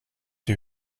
die